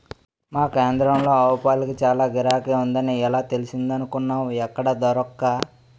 మా కేంద్రంలో ఆవుపాలకి చాల గిరాకీ ఉందని ఎలా తెలిసిందనుకున్నావ్ ఎక్కడా దొరక్క